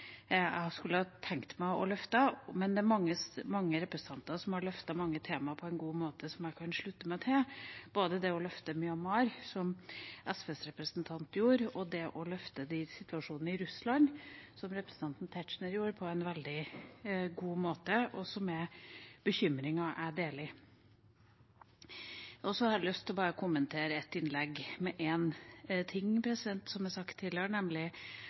jeg kunne tenkt meg å løfte fram, men det er mange representanter som har løftet mange temaer på en god måte, og som jeg kan slutte meg til – både Myanmar, som SVs representant gjorde, og situasjonen i Russland, som representanten Tetzschner gjorde på en veldig god måte. Dette er bekymringer jeg deler. Jeg har lyst til å kommentere et innlegg med noe som jeg har sagt tidligere, nemlig